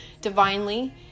divinely